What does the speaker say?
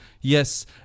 yes